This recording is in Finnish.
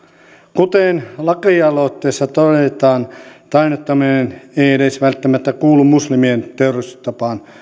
kuten lakialoitteessa todetaan tainnuttaminen ei ei edes välttämättä kuulu muslimien teurastustapaan